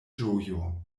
ĝojo